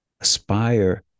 aspire